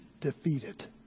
defeated